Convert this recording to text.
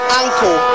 uncle